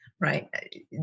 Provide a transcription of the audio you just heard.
right